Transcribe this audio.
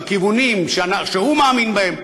בכיוונים שהוא מאמין בהם,